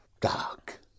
dark